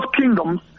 kingdoms